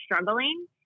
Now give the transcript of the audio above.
struggling